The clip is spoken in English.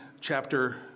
chapter